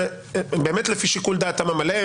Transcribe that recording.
באמת לפי שיקול דעתם המלא,